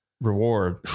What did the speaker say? reward